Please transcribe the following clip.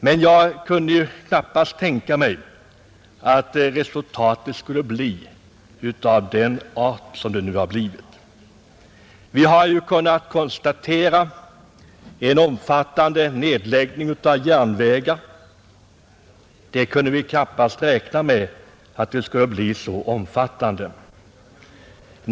Men jag kunde knappast tänka mig att resultatet skulle bli av den art som det nu har blivit. Vi har ju kunnat konstatera en omfattande nedläggning av järnvägar. Att den skulle bli så omfattande kunde vi knappast räkna med.